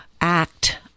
act